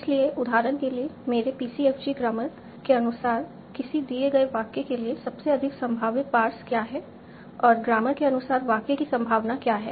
इसलिए उदाहरण के लिए मेरे PCFG ग्रामर के अनुसार किसी दिए गए वाक्य के लिए सबसे अधिक संभावित पार्स क्या है और ग्रामर के अनुसार वाक्य की संभावना क्या है